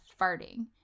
farting